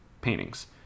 paintings